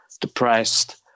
depressed